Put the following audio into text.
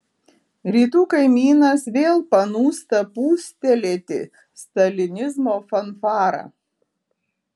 rytų kaimynas vėl panūsta pūstelėti stalinizmo fanfarą